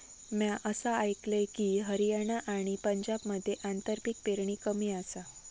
म्या असा आयकलंय की, हरियाणा आणि पंजाबमध्ये आंतरपीक पेरणी कमी आसा